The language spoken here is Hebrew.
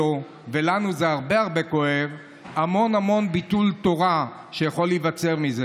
זה כבר מזמן חצה את הרף להסתה.